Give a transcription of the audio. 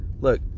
look